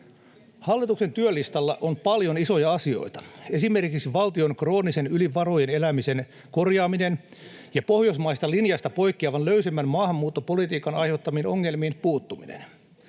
Hallituksen työlistalla on paljon isoja asioita, esimerkiksi valtion kroonisen yli varojen elämisen korjaaminen ja pohjoismaisesta linjasta poikkeavan löysemmän maahanmuuttopolitiikan aiheuttamiin ongelmiin puuttuminen.